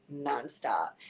nonstop